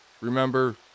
Remember